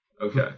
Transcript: Okay